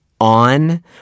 on